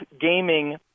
gaming